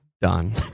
done